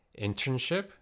internship